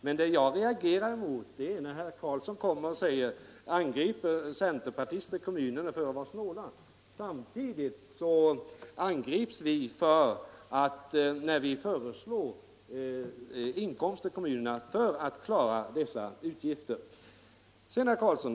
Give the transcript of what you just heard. Men det jag reagerar mot är att herr Karlsson angriper centerpartister i kommunerna för att vara snåla, medan vi samtidigt angrips när vi föreslår inkomster till kommunerna för att klara utgifterna.